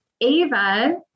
Ava